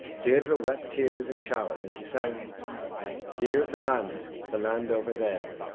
deirdre wept tears in showers and she sang dear is the land, the land over there,